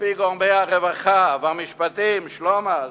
על-פי גורמי הרווחה והמשפטים, שלמה,